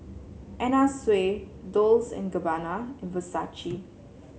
Anna Sui Dolce and Gabbana and Versace